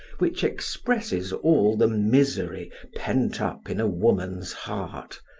which expresses all the misery pent-up in a woman's heart,